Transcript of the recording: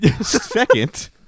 Second